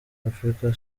africa